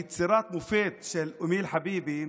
יצירת המופת של אמיל חביבי,